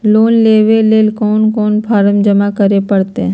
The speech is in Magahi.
लोन लेवे ले कोन कोन फॉर्म जमा करे परते?